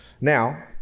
now